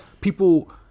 people